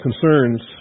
concerns